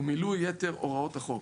ומילוי יתר הוראות החוק.